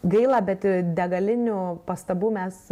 gaila bet degalinių pastabų mes